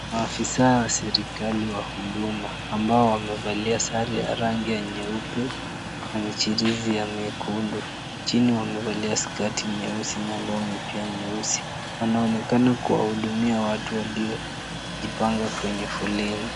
Maafisa wa serikali wa huduma ambao amevalia sare ya rangi ya nyeupe na michirizi ya miekundu. Chini wamevalia skati nyeusi na long'i pia nyeusi. Wanaonekana kuwahudumia watu waliojipanga kwenye foleni.